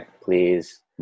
please